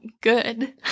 good